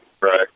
Right